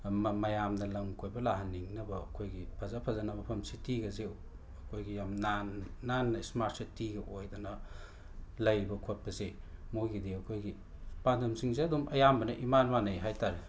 ꯃꯌꯥꯝꯅ ꯂꯝ ꯀꯣꯏꯕ ꯂꯥꯛꯍꯟꯅꯤꯡꯅꯕ ꯑꯩꯈꯣꯏꯒꯤ ꯐꯖ ꯐꯖꯅ ꯃꯐꯝ ꯁꯤꯇꯤꯒꯁꯦ ꯑꯩꯈꯣꯏꯒꯤ ꯌꯥꯝ ꯅꯥꯟꯅ ꯁ꯭ꯃꯥꯔꯠ ꯁꯤꯇꯤꯒ ꯑꯣꯏꯗꯅ ꯂꯩꯕ ꯈꯣꯠꯄꯁꯦ ꯃꯣꯏꯒꯤꯗꯤ ꯑꯩꯈꯣꯏꯒꯤ ꯄꯥꯟꯗꯝꯁꯤꯡꯁꯦ ꯑꯗꯨꯝ ꯑꯌꯥꯝꯕꯅ ꯏꯃꯥꯟ ꯃꯥꯟꯅꯩ ꯍꯥꯏ ꯇꯥꯔꯦ